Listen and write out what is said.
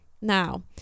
Now